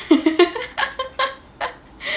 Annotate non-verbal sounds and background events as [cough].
[laughs]